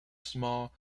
small